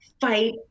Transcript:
fight